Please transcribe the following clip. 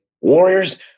warriors